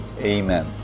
Amen